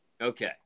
Okay